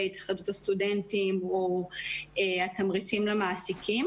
התאחדות הסטודנטים או התמריצים למעסיקים.